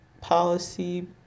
policy